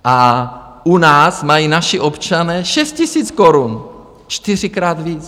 A u nás mají naši občané 6 000 korun, čtyřikrát víc.